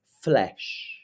flesh